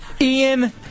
Ian